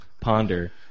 Ponder